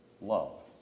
love